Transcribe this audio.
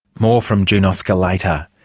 more from june oscar later.